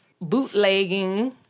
Bootlegging